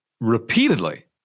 repeatedly